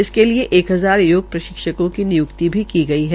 इसके लिये एब हजार योग प्रशिक्षकों की नियुक्ति भी की गई है